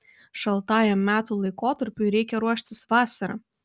šaltajam metų laikotarpiui reikia ruoštis vasarą